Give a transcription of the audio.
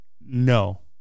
No